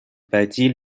bâti